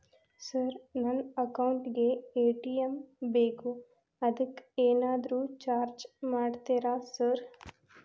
Sir ನನ್ನ account ಗೇ ATM ಬೇಕು ಅದಕ್ಕ ಏನಾದ್ರು ಚಾರ್ಜ್ ಮಾಡ್ತೇರಾ ಸರ್?